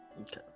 Okay